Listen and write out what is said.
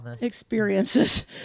experiences